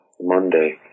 Monday